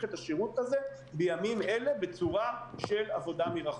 את השירות הזה בימים אלה בצורה של עבודה מרחוק,